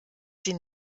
sie